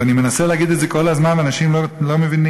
ואני מנסה להגיד את זה כל הזמן ואנשים לא מבינים.